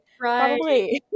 Right